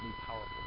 powerful